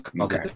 Okay